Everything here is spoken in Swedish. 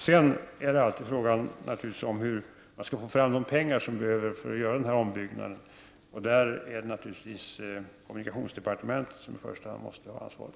Sedan är frågan givetvis hur man skall få fram de pengar som behövs för denna ombyggnad. När det gäller den frågan är det givetvis kommunikationsdepartementet som i första hand har ansvaret.